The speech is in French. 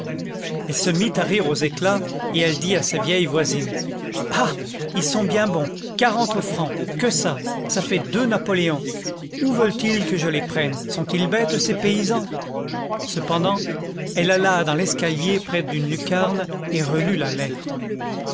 elle se mit à rire aux éclats et elle dit à sa vieille voisine ah ils sont bons quarante francs que ça ça fait deux napoléons où veulent-ils que je les prenne sont-ils bêtes ces paysans cependant elle alla dans l'escalier près d'une lucarne et relut la lettre